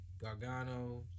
Gargano